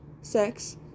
sex